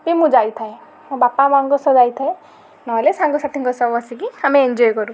ବି ମୁଁ ଯାଇଥାଏ ମୋ ବାପା ମା'ଙ୍କ ସହ ଯାଇଥାଏ ନ ହେଲେ ସାଙ୍ଗସାଥିଙ୍କ ସହ ବସିକି ଆମେ ଏନଞ୍ଜୟ କରୁ